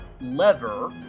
lever